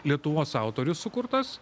lietuvos autorių sukurtas